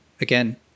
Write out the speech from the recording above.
again